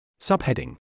Subheading